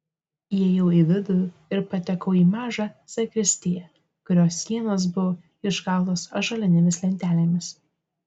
įėjau į vidų ir patekau į mažą zakristiją kurios sienos buvo iškaltos ąžuolinėmis lentelėmis